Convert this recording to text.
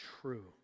true